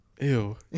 Ew